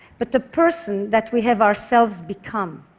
but the person that we have ourselves become.